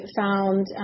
found